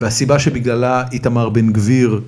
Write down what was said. והסיבה שבגללה איתמר בן-גביר הבןזונה